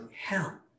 hell